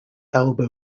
elbe